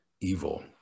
evil